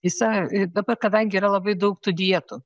visa dabar kadangi yra labai daug tų dietų